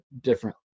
different